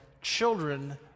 children